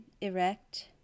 erect